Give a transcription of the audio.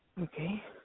Okay